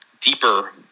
deeper